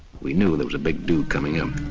we knew there was a big do coming and